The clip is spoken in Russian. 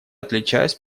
отличаюсь